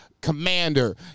Commander